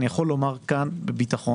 אני יכול לומר כאן בביטחון,